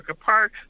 Park